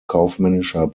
kaufmännischer